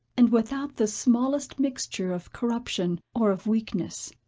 and without the smallest mixture of corruption, or of weakness.